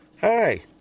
Hi